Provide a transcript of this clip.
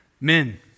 Men